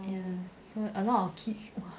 ya so a lot of kids !wah!